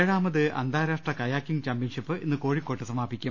ഏഴാമത് അന്താരാഷ്ട്ര kayaking championship ഇന്ന് കോഴിക്കോട്ട് സമാപിക്കും